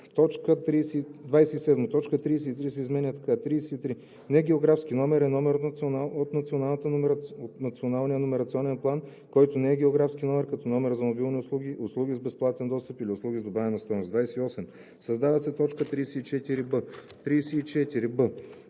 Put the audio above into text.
така: „33. „Негеографски номер“ е номер от Националния номерационен план, който не е географски номер като номера за мобилни услуги, услуги с безплатен достъп и услуги с добавена стойност.“ 28. Създава се т. 34б: